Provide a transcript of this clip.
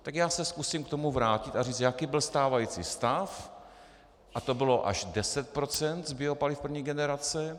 Tak já se zkusím k tomu vrátit a říct, jaký byl stávající stav, a to bylo až 10 % z biopaliv první generace.